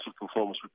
performance